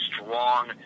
strong